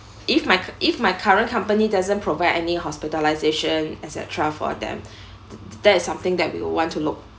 if my if my current company doesn't provide any hospitalization etcetra for them th~ that is something that we will want to look